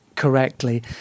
Correctly